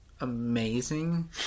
amazing